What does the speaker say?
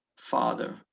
Father